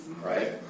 Right